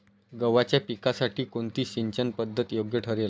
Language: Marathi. गव्हाच्या पिकासाठी कोणती सिंचन पद्धत योग्य ठरेल?